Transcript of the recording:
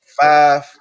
Five